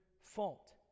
fault